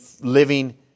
living